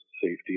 safety